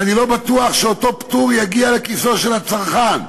ואני לא בטוח שאותו פטור יגיע לכיסו של הצרכן.